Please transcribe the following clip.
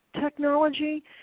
technology